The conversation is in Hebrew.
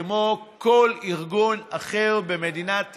כמו על כל ארגון אחר במדינת ישראל,